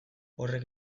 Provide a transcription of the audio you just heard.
horrek